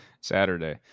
Saturday